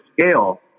scale